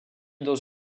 dans